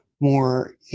more